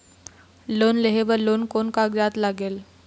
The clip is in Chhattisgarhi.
लोन लेहे बर कोन कोन कागजात लागेल?